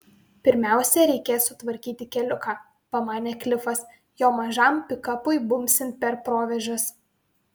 pirmiausia reikės sutvarkyti keliuką pamanė klifas jo mažam pikapui bumbsint per provėžas